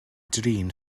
drin